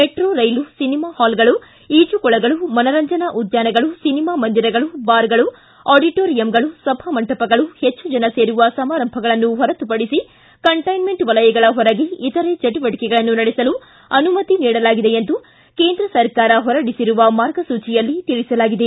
metro ರೈಲು cinema ಪಾಲ್ಗಳು ಈಜುಕೊಳಗಳು ಮನರಂಜನಾ ಉದ್ದಾನಗಳು ಸಿನಿಮಾ ಮಂದಿರಗಳು ಬಾರ್ಗಳು ಆಡಿಟೋರಿಯಂಗಳು ಸಭಾ ಮಂಟಪಗಳು ಹೆಚ್ಚು ಜನ ಸೇರುವ ಸಮಾರಂಭಗನ್ನು ಹೊರತುಪಡಿಸಿ ಕಂಟೈನ್ಮೇಂಟ್ ವಲಯಗಳ ಹೊರಗೆ ಇತರೆ ಚಟುವಟಿಕೆಗಳನ್ನು ನಡೆಸಲು ಅನುಮತಿ ನೀಡಲಾಗಿದೆ ಎಂದು ಕೇಂದ್ರ ಸರ್ಕಾರ ಹೊರಡಿಸಿರುವ ಮಾರ್ಗಸೂಚಿಯಲ್ಲಿ ತಿಳಿಸಲಾಗಿದೆ